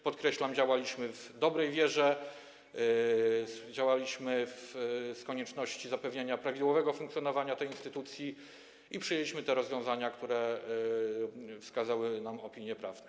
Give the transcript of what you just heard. Podkreślam, działaliśmy w dobrej wierze, działaliśmy z konieczności zapewnienia prawidłowego funkcjonowania tej instytucji i przyjęliśmy te rozwiązania, które zostały wskazane opiniach prawnych.